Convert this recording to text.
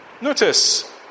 Notice